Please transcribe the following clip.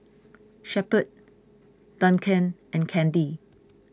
Shepherd Duncan and Candy